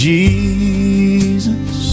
Jesus